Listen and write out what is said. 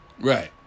Right